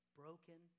broken